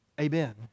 Amen